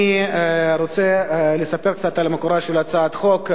אני רוצה לספר קצת על מקורה של הצעת החוק.